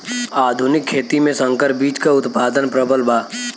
आधुनिक खेती में संकर बीज क उतपादन प्रबल बा